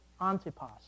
Antipas